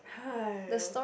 !haiyo!